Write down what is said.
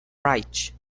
reich